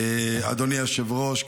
אדוני היושב-ראש,